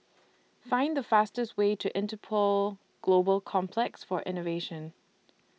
Find The fastest Way to Interpol Global Complex For Innovation